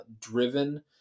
driven